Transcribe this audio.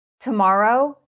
tomorrow